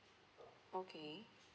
okay